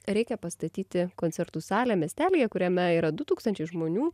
reikia pastatyti koncertų salę miestelyje kuriame yra du tūkstančiai žmonių